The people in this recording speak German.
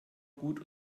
gut